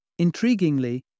Intriguingly